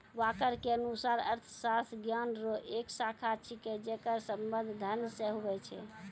walker के अनुसार अर्थशास्त्र ज्ञान रो एक शाखा छिकै जेकर संबंध धन से हुवै छै